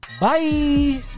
Bye